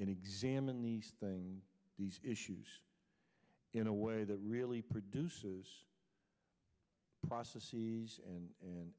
and examine these things these issues in a way that really produces a process and an